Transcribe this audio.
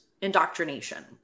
indoctrination